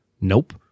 Nope